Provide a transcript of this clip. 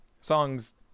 songs